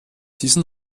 diesen